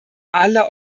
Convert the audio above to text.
alle